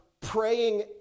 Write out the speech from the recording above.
praying